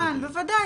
כמובן, בוודאי.